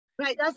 Right